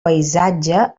paisatge